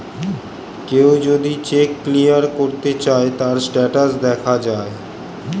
কেউ যদি check clear করতে চায়, তার স্টেটাস দেখা যায়